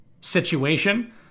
situation